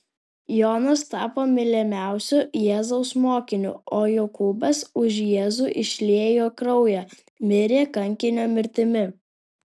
jonas tapo mylimiausiu jėzaus mokiniu o jokūbas už jėzų išliejo kraują mirė kankinio mirtimi